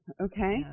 okay